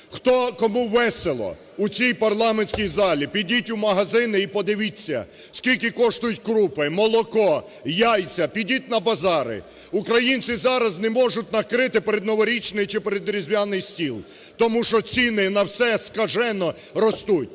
Кому весело у цій парламентській залі, підіть у магазин і подивіться, скільки коштують крупи, молоко, яйця – підіть на базари. Українці зараз не можуть накрити передноворічний чи передріздвяний стіл, тому що ціни на все скажено ростуть.